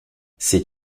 c’est